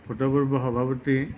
ভূতপূৰ্ব সভাপতি